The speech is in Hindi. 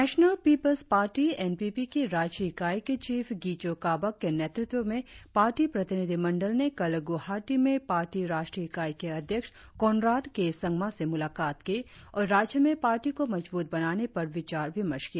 national People's party N P P की राज्य इकाई के चीफ गीचो काबक के नेतृत्व में पार्टी प्रतिनिधिमंडल ने कल गुवाहाटी में पार्टी राष्ट्रीय इकाई के अध्यक्ष कोनराड के संगमा से मुलाकात की और राज्य में पार्टी को मजबूत बनाने पर विचार विमर्श किया